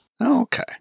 Okay